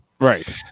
right